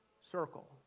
circle